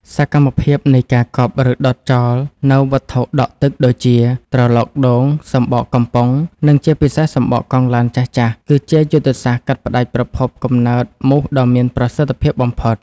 សកម្មភាពនៃការកប់ ឬដុតចោលនូវវត្ថុដក់ទឹកដូចជា ត្រឡោកដូង សំបកកំប៉ុង និងជាពិសេសសំបកកង់ឡានចាស់ៗ គឺជាយុទ្ធសាស្ត្រកាត់ផ្តាច់ប្រភពកំណើតមូសដ៏មានប្រសិទ្ធភាពបំផុត។